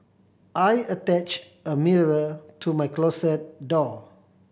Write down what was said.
I attached a mirror to my closet door